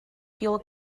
fuel